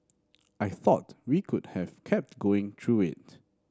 I thought we could have kept going through it